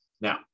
Now